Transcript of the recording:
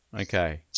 Okay